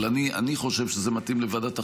אבל אני חושב שזה מתאים לוועדת החוקה,